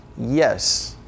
Yes